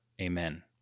Amen